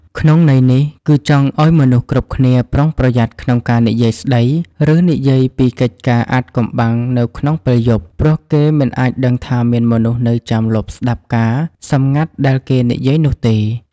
ក្នុងន័យនេះ គឺចង់ឲ្យមនុស្សគ្រប់គ្នាប្រុងប្រយ័ត្នក្នុងការនិយាយស្តី ឬនិយាយពីកិច្ចការអាថ៌កំបាំងនៅក្នុងពេលយប់ ព្រោះគេមិនអាចដឹងថាមានមនុស្សនៅចាំលបស្តាប់ការណ៍សម្ងាត់ដែលគេនិយាយនោះទេ។